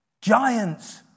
Giants